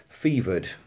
fevered